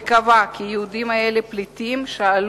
וקבע כי יהודים אלה פליטים שעל